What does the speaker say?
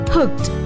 Hooked